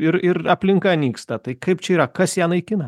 ir ir aplinka nyksta tai kaip čia yra kas ją naikina